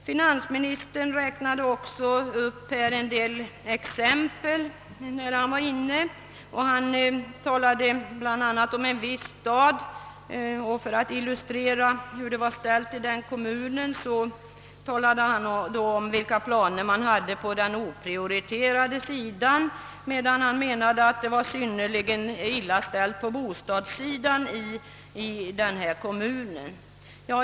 Finansministern räknade också upp en del exempel när han var inne. Han talade bl.a. om en viss stad, och för att illustrera hur det var ställt i den kommunen talade han om vilka planer man hade på den oprioriterade sidan, medan han menade att det var synnerligen illa ställt på bostadssidan i denna kommun.